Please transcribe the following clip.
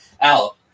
out